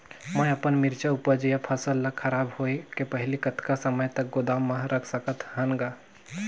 मैं अपन मिरचा ऊपज या फसल ला खराब होय के पहेली कतका समय तक गोदाम म रख सकथ हान ग?